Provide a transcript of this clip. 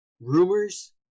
rumors